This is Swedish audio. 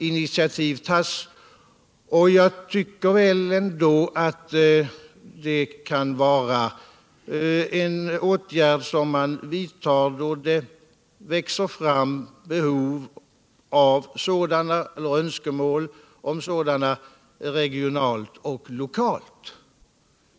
Initiativ till sådana tas, och jag tycker att sådana kan inrättas allteftersom önskemål uppstår regionalt och lokalt.